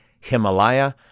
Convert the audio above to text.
Himalaya